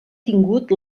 tingut